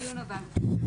בדיון הבא.